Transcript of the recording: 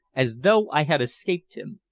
as though i had escaped him.